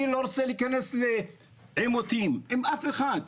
אני לא רוצה להכנס לעימותים עם אף אחד.